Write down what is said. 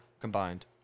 combined